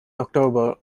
october